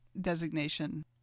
designation